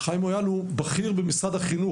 חיים מויאל הוא בכיר במשרד החינוך.